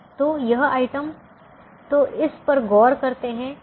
तो यह आइटम तो हम इस पर गौर करते हैं